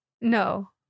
no